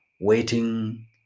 waiting